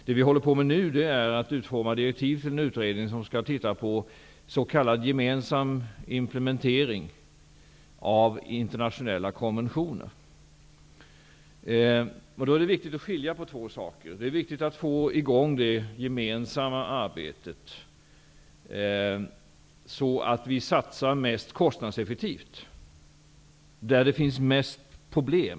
Det vi håller på med nu är att utforma direktiv för en utredning som skall se på s.k. gemensam implementering av internationella konventioner. Det är då viktigt att få i gång det gemensamma arbetet, så att vi satsar på det mest kostnadseffektiva sättet, där det finns flest problem.